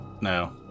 No